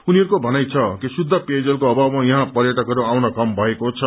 उनीहरूको भनाई छ कि शुद्ध पेयजलको अभावमा यहाँ पर्यटकहरू आउन कम भएको छ